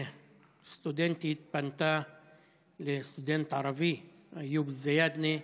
סטודנטית פנתה לסטודנט ערבי, איוב זיאדנה,